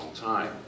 time